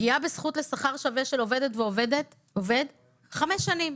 פגיעה בזכות לשכר שווה של עובדת ועובד חמש שנים.